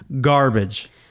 Garbage